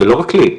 ולא רק לי,